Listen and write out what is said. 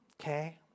okay